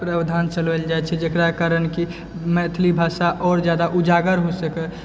प्रावधान चलायल जाइ छै जकरा कारण कि मैथिली भाषा आओर जादा उजागर हो सकै